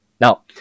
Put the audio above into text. now